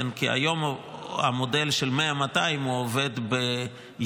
כי היום המודל של 100 200 הוא עובד ביתר.